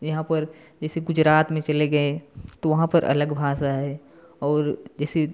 यहाँ पर जैसे गुजरात में चले गए तो वहाँ पर अलग भाषा है और जैसे